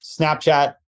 Snapchat